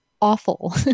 awful